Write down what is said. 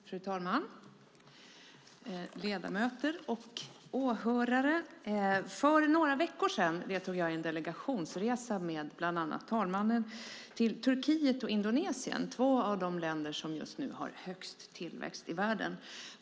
Fru talman, ledamöter och åhörare! För några veckor sedan deltog jag i en delegationsresa med bland andra talmannen till Turkiet och Indonesien som är två av de länder som har högst tillväxt i världen just nu.